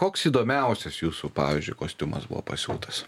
koks įdomiausias jūsų pavyzdžiui kostiumas buvo pasiūtas